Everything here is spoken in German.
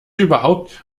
überhaupt